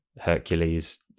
Hercules